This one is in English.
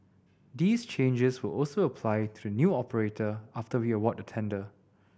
these changes will also apply to the new operator after we award the tender